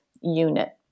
unit